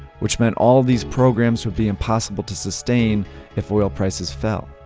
which meant all these programs would be impossible to sustain if oil prices fell.